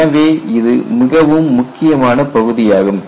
எனவே இது மிகவும் முக்கியமான பகுதி ஆகும்